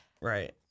right